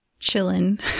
chillin